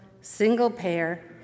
single-payer